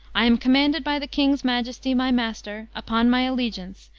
i am commanded by the king's majesty, my master, upon my allegiance,